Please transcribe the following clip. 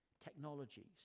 technologies